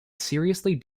seriously